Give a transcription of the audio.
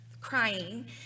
crying